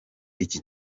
iki